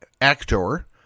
actor